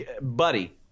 buddy